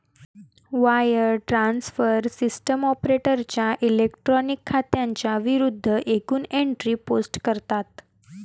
wire transfer system ऑपरेटरच्या electronic खात्यांच्या विरूद्ध एकूण एंट्री पोस्ट करतात